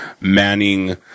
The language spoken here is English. manning